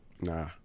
Nah